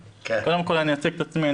קודם כול אני אציג את עצמי.